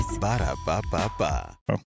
Ba-da-ba-ba-ba